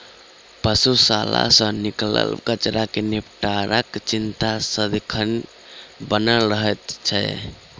पशुशाला सॅ निकलल कचड़ा के निपटाराक चिंता सदिखन बनल रहैत छै